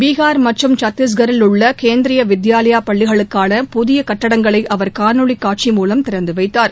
பீகார் மற்றும் சத்திஸ்கரில் உள்ள கேந்திரிய வித்யாலயா பள்ளிகளுக்கான புதிய கட்டடங்களை அவர் காணொலிக் காட்சி மூலம் திறந்து வைத்தார்